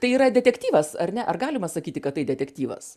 tai yra detektyvas ar ne ar galima sakyti kad tai detektyvas